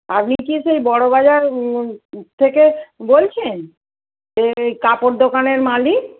আপনি কি সেই বড়ো বাজার থেকে বলছেন সেই কাপড় দোকানের মালিক